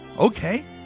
Okay